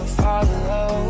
follow